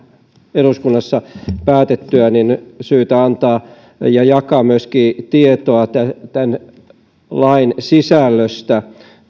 eduskunnassa päätettyä myöskin syytä antaa ja jakaa tietoa tämän lain sisällöstä